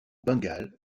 bengale